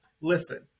listen